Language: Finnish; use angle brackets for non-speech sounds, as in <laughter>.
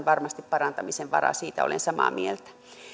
<unintelligible> varmasti parantamisen varaa siitä olen samaa mieltä